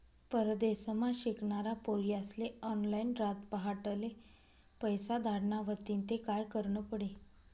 परदेसमा शिकनारा पोर्यास्ले ऑनलाईन रातपहाटले पैसा धाडना व्हतीन ते काय करनं पडी